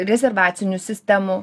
rezervacinių sistemų